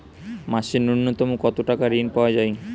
মাসে নূন্যতম কত টাকা ঋণ পাওয়া য়ায়?